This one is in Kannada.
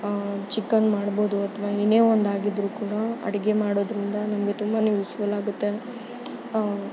ಚಿಕನ್ ಮಾಡ್ಬೋದು ಅಥವಾ ಏನೇ ಒಂದು ಆಗಿದ್ರೂ ಕೂಡ ಅಡಿಗೆ ಮಾಡೋದರಿಂದ ನಂಗೆ ತುಂಬಾ ಯೂಸ್ಫುಲ್ ಆಗುತ್ತೆ